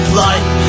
life